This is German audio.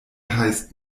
heißt